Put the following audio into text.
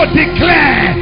declare